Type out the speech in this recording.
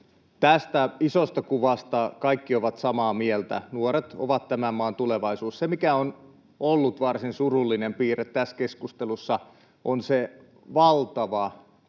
tästä isosta kuvasta kaikki ovat samaa mieltä: nuoret ovat tämän maan tulevaisuus. Se, mikä on ollut varsin surullinen piirre tässä keskustelussa, on se valtava